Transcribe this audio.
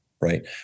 right